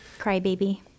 Crybaby